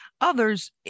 Others